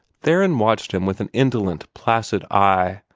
theron watched him with an indolent, placid eye,